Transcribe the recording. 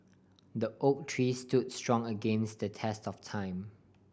the oak tree stood strong against the test of time